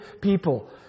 people